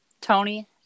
Tony